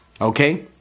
Okay